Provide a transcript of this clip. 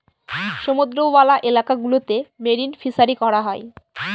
সমুদ্রওয়ালা এলাকা গুলোতে মেরিন ফিসারী করা হয়